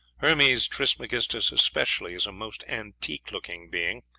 hermes trismegistus especially is a most antique looking being,